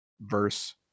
verse